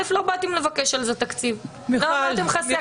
לא באתם לבקש על זה תקציב ולא אמרתם שחסר